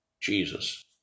Jesus